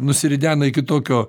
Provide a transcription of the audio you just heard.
nusiridena iki tokio